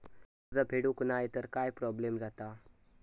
कर्ज फेडूक नाय तर काय प्रोब्लेम जाता?